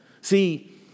See